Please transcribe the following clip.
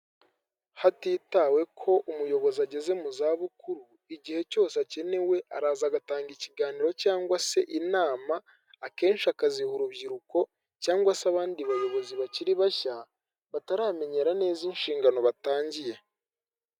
Hatitawe ko umuyobozi ageze mu zabukuru igihe cyose akenewe araza agatanga ikiganiro cyangwa se inama akenshi akaziha urubyiruko cyangwa se abandi bayobozi bakiri bashya bataramenyera neza inshingano batangiye.